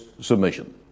submission